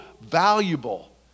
valuable